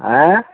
ଆଁ